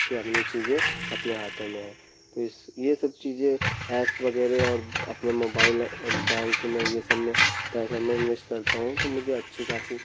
कि अपनी चीज़ें अपने हाथों में है तो इस यह सब चीज़ें ऐप्स वगैरह और अपने मोबाईल बैंक में यह सब में पैसा में इन्वेस करता हूँ तो मुझे अच्छी खासी